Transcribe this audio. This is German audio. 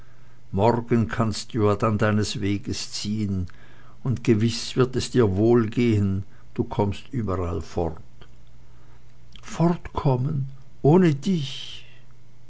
morgen kannst du ja dann deines weges ziehen und gewiß wird es dir wohl gehen du kommst überall fort fortkommen ohne dich